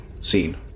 scene